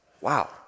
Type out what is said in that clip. Wow